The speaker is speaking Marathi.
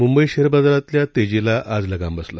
मुंबई शेअर बाजारातल्या तेजीला आज लगाम बसला